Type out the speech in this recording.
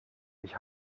ich